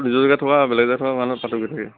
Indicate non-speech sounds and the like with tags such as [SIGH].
নিজৰ জেগাত থকা বেলেগ জেগাত থকা [UNINTELLIGIBLE] পাৰ্থক্য থাকে